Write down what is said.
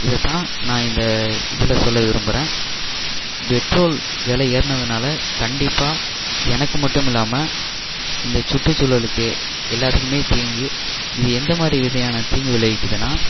இதைதான் நான் இந்த இதில் சொல்ல விரும்புகிறேன் பெட்ரோல் விலை ஏறுனதுனால் கண்டிப்பாக எனக்கு மட்டும் இல்லாமல் இந்த சுற்றுச்சூழலுக்கு எல்லாத்துக்குமே தீங்கு இது எந்த மாதிரி விதையான தீங்கை விளைவிக்குதுனா